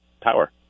power